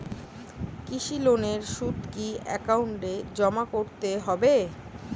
কৃষি লোনের সুদ কি একাউন্টে জমা করতে হবে?